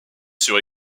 sur